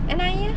N_I_E lah